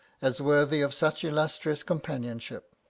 as worthy of such illustrious companionship.